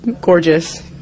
gorgeous